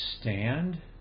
stand